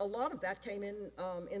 a lot of that came in own in the